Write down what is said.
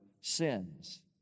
sins